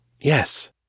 Yes